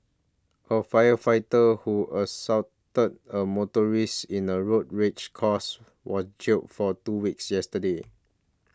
a firefighter who assaulted a motorist in a road rage cause was jailed for two weeks yesterday